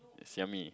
Xiaomi